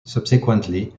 subsequently